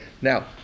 Now